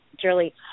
Julie